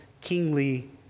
kingly